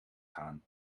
gaan